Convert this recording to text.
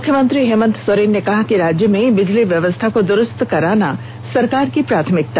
मुख्यमंत्री हेमंत सोरेन ने कहा कि राज्य में बिजली व्यवस्था को दुरुस्त कराना सरकार की प्राथमिकता